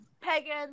pagan